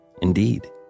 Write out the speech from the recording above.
Indeed